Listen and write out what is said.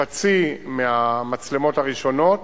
חצי מהמצלמות הראשונות